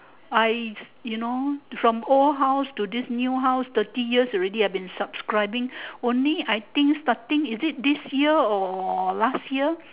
I you know from old house to this new house thirty years already I have been subscribing only I think starting is it this year or last year